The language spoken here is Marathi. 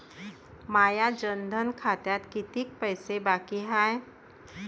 माया जनधन खात्यात कितीक पैसे बाकी हाय?